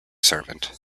servant